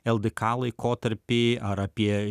ldk laikotarpį ar apie